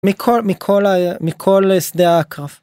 מכל מכל מכל שדה הקרב.